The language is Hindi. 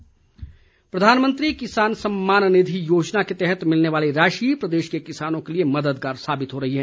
किसान सम्मान निधि प्रधानमंत्री किसान सम्मान निधि योजना के तहत मिलने वाली राशि प्रदेश के किसानों के लिए मददगार साबित हो रही है